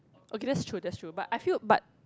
okay that's true that's true but I feel but